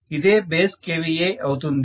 ఇదే base kVA అవుతుంది